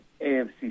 AFC